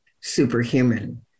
superhuman